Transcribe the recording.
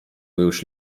już